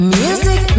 music